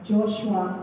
Joshua